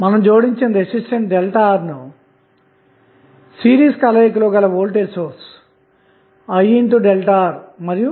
కాబట్టి నోడ్ వెలుపల వెళ్లే కరెంట్ విలువ అన్నది ఈ నోడ్ వోల్టేజ్ విలువ అవుతుంది